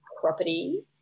property